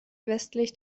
westlich